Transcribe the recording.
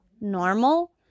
normal